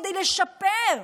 כדי לשפר,